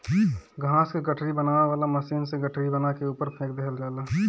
घास क गठरी बनावे वाला मशीन से गठरी बना के ऊपर फेंक देहल जाला